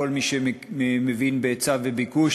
כל מי שמבין בהיצע וביקוש